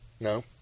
No